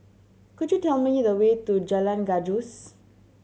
could you tell me the way to Jalan Gajus